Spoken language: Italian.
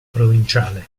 provinciale